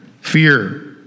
fear